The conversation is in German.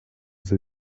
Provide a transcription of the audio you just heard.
sie